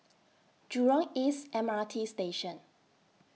Jurong East M R T Station